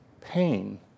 pain